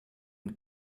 und